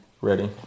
ready